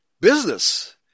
business